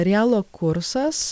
rialo kursas